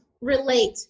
relate